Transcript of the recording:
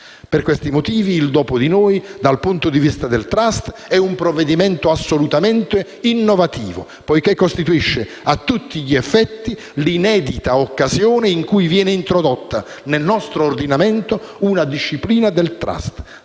Per questi motivi il "dopo di noi" dal punto di vista del *trust* è un provvedimento assolutamente innovativo, poiché costituisce a tutti gli effetti l'inedita occasione in cui viene introdotta nel nostro ordinamento una disciplina del *trust*,